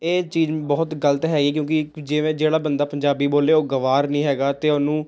ਇਹ ਚੀਜ਼ ਬਹੁਤ ਗਲਤ ਹੈਗੀ ਕਿਉਂਕਿ ਜਿਵੇਂ ਜਿਹੜਾ ਬੰਦਾ ਪੰਜਾਬੀ ਬੋਲੇ ਉਹ ਗਵਾਰ ਨਹੀਂ ਹੈਗਾ ਅਤੇ ਉਹਨੂੰ